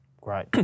great